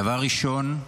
דבר ראשון,